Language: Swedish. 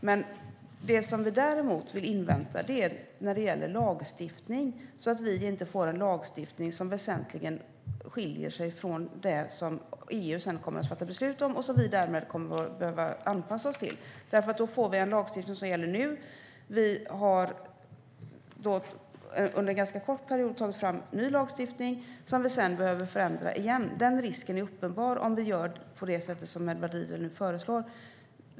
Vad vi däremot vill invänta är lagstiftningen, så att vi inte får en lagstiftning som väsentligen skiljer sig från vad EU sedan kommer att fatta beslut om och som vi därmed kommer att behöva anpassa oss till. Om vi tar fram ny lagstiftning får vi en lagstiftning som gäller under ganska kort period och som vi sedan behöver förändra igen. Risken för det är uppenbar, om vi gör på det sätt som Edward Riedl nu föreslår.